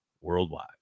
worldwide